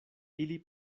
ili